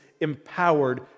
empowered